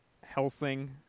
Helsing